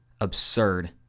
absurd